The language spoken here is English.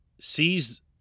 sees